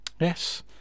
Yes